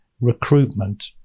recruitment